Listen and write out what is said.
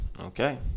Okay